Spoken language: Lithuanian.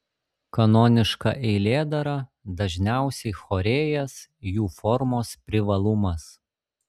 kanoniška eilėdara dažniausiai chorėjas jų formos privalumas